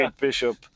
Bishop